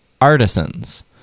Artisans